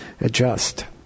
adjust